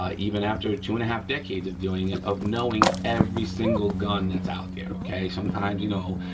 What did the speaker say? ah even after two and a half decades of doing it, of knowing every single gun that's out there, okay? sometimes, you know,